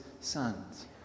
sons